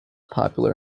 popular